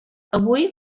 avui